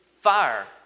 fire